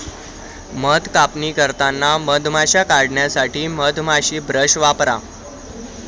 मध कापणी करताना मधमाश्या काढण्यासाठी मधमाशी ब्रश वापरा